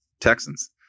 Texans